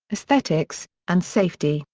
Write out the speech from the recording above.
aesthetics, and safety,